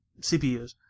CPUs